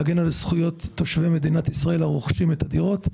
להגן על זכויות תושבי מדינת ישראל הרוכשים את הדירות,